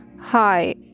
Hi